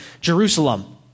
Jerusalem